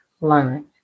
learn